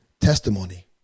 Testimony